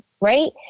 right